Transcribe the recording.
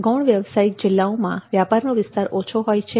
ગૌણ વ્યવસાયિક જિલ્લાઓમા વ્યાપારનો વિસ્તાર ઓછો હોય છે